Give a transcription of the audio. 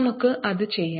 നമുക്ക് അത് ചെയ്യാം